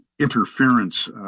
interference